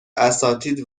اساتید